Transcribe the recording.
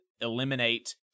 eliminate